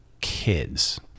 kids